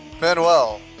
Manuel